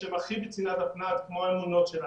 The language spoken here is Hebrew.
חבר הכנסת קוז'ינוב,